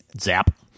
zap